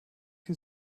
die